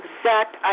exact